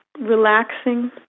relaxing